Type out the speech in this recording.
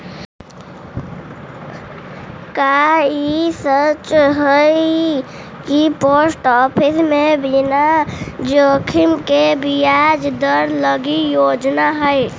का ई सच हई कि पोस्ट ऑफिस में बिना जोखिम के ब्याज दर लागी योजना हई?